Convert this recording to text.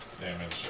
damage